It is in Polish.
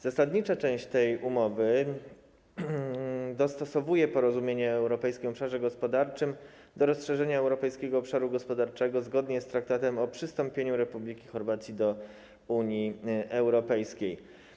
Zasadnicza część tej umowy dostosowuje porozumienie o Europejskim Obszarze Gospodarczym do rozszerzenia Europejskiego Obszaru Gospodarczego zgodnie z traktatem o przystąpieniu Republiki Chorwacji do Unii Europejskiej.